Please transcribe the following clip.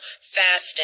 fast